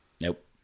Nope